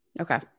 Okay